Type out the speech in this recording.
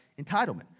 entitlement